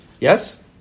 Yes